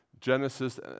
Genesis